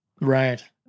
right